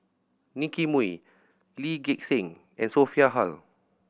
Nicky Moey Lee Gek Seng and Sophia Hull